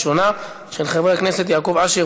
של חברי הכנסת יעקב אשר,